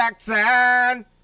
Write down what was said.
Jackson